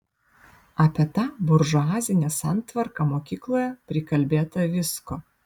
apie tą buržuazinę santvarką mokykloje prikalbėta visko